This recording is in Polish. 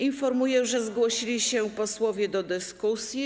Informuję, że zgłosili się posłowie do dyskusji.